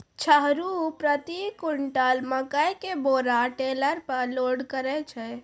छह रु प्रति क्विंटल मकई के बोरा टेलर पे लोड करे छैय?